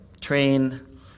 train